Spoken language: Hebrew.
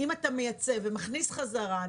אם אתה מייצא ומכניס חזרה,